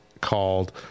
called